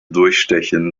durchstechen